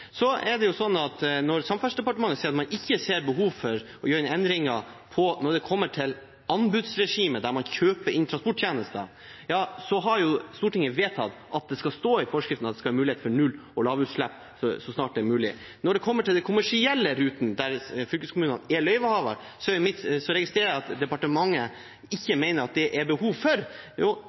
Når Samferdselsdepartementet sier at man ikke ser behov for å gjøre endringer i anbudsregimet, der man kjøper transporttjenester, har jo Stortinget vedtatt at det skal stå i forskriften at det skal være mulighet for null- og lavutslipp så snart det er mulig. Når det gjelder de kommersielle rutene der fylkeskommunen er løyvehaver, registrerer jeg at departementet mener det ikke er behov for det. Senterpartiet mener det er behov for å gi den muligheten der. Vi har jo